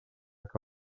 que